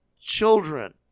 children